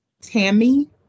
Tammy